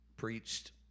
preached